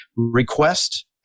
request